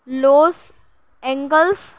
Los Angeles